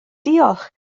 diolch